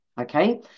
Okay